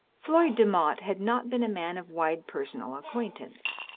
floyd demotte had not been a man of wide personal acquaintance.